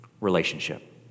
Relationship